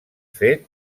fet